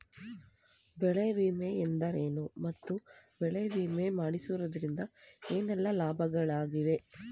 ಬೆಳೆ ವಿಮೆ ಎಂದರೇನು ಮತ್ತು ಬೆಳೆ ವಿಮೆ ಮಾಡಿಸುವುದರಿಂದ ಏನೆಲ್ಲಾ ಲಾಭಗಳಿವೆ?